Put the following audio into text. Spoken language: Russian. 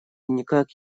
никак